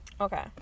Okay